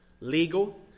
Legal